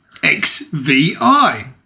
XVI